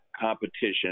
competition